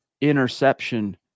interception